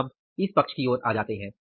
अब हम इस पक्ष की ओर आते हैं